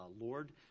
Lord